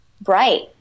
bright